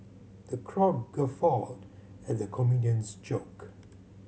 the crowd guffawed at the comedian's joke